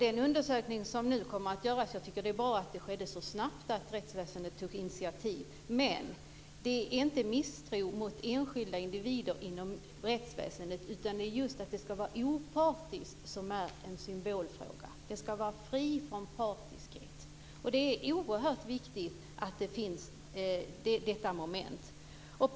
Fru talman! Jag tycker att det är bra att rättsväsendet så snabbt tog initiativ till den undersökning som nu kommer att göras. Det är inte fråga om misstro mot enskilda individer inom rättsväsendet. Det är just att utredningen ska vara opartisk som är en symbolfråga. Den ska vara fri från partiskhet. Det är oerhört viktigt att detta moment finns med.